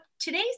today's